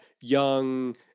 young